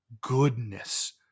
goodness